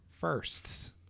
firsts